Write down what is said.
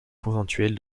conventuels